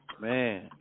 man